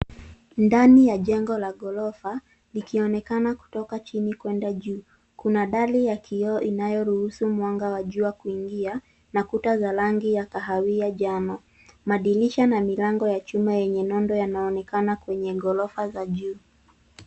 Ndani ya jengo la ghorofa, likionekana kutoka chini kwenda juu, kuna dari ya kioo inayoruhusu mwanga wa jua kuingia, na kuta za rangi ya kahawia jano. Madirisha na milango ya chuma yenye nondo yanaonekana kwenye ghorofa za juu.